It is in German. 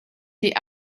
die